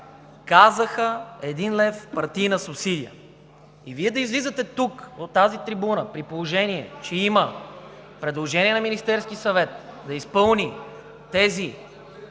казаха: един лев партийна субсидия. Да излизате тук, от тази трибуна, при положение че има предложение на Министерския съвет да изпълни тези